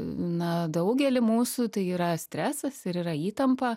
na daugelį mūsų tai yra stresas ir yra įtampa